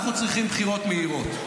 אנחנו צריכים בחירות מהירות.